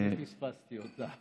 פספסתי אותה.